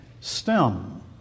stem